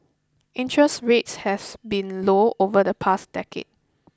interest rates has been low over the past decade